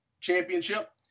Championship